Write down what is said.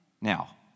Now